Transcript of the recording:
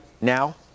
now